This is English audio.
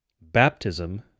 Baptism